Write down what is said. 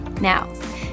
Now